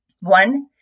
One